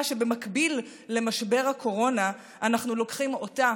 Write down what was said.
שבמקביל למשבר הקורונה אנחנו לוקחים אותה